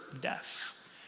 death